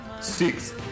Six